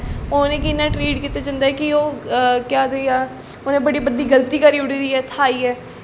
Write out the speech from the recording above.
उ'नें गी इ'यां ट्रीट कीता जंदा कि ओह् केह् आखदे कि उ'नें बड़ी बड्डी गल्ती करी ओड़ी दी ऐ इत्थै आइयै